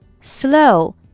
slow